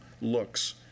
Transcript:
looks